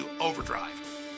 overdrive